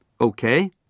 Okay